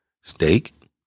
steak